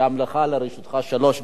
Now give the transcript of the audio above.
גם לרשותך שלוש דקות,